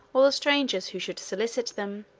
or the strangers who should solicit them